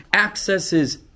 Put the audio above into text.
accesses